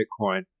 bitcoin